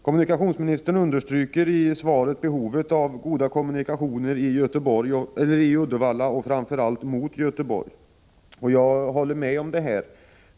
Kommunikationsministern understryker i svaret behovet av goda kommunikationer i Uddevallaregionen och framför allt mot Göteborg. Jag håller med om detta.